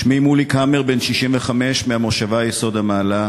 שמי מוליק המר, בן 65, מהמושבה יסוד-המעלה,